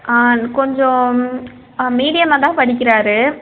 ஆ கொஞ்சம் மீடியமாக தான் படிக்கிறார்